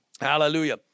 Hallelujah